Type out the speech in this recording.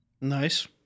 Nice